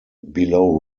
below